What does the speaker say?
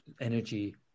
energy